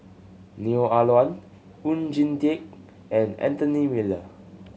Neo Ah Luan Oon Jin Teik and Anthony Miller